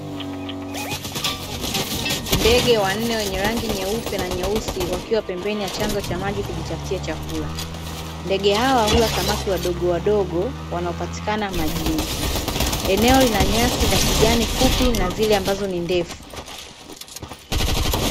Ndege wanne wenye rangi nyeupe na nyeusi wakiwa pembeni ya chanzo cha maji kujitaftia chakula, ndege hao hula samaki wadogowadogo wanaopatikana majini. Eneo lina nyasi za kijani fupi na zile ambazo ni ndefu.